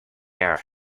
earth